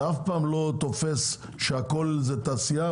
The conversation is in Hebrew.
זה אף פעם לא תופס שהכול זה תעשייה.